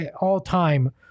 all-time